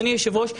אדוני היושב-ראש,